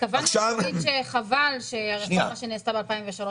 התכוונו להגיד שחבל שהרפורמה שנעשתה ב-2003,